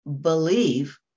believe